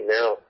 now